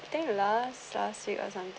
I think last last week or something